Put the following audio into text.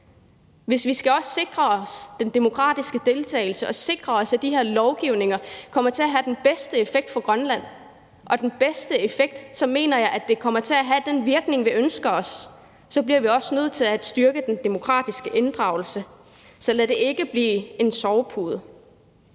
Hvis vi også skal sikre os den demokratiske deltagelse og sikre os, at de her lovgivninger kommer til at have den bedste effekt for Grønland og den bedste effekt i det hele taget, altså hvis det skal komme til at have den virkning, vi ønsker os, så mener jeg, at vi også bliver nødt til at styrke den demokratiske inddragelse. Så lad det ikke blive en sovepude.